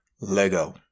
Lego